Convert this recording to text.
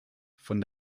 von